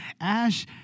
Ash